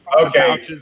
okay